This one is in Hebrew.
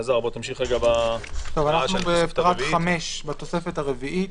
אנחנו בפרט 5, בתוספת הרביעית.